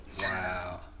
Wow